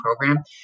program